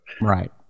right